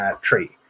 tree